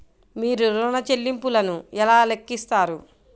మీరు ఋణ ల్లింపులను ఎలా లెక్కిస్తారు?